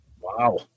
Wow